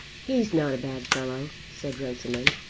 he's not a bad fellow, said runciman.